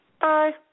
Bye